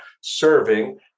serving